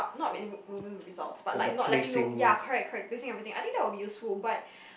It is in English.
not really mo~ moving the results but like not letting no ya correct correct placing everything I think that will be useful but